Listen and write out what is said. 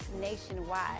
nationwide